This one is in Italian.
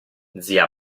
zia